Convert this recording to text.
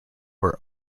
were